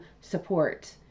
support